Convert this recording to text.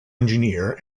engineer